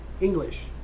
English